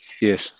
yes